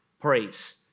praise